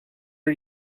are